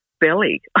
belly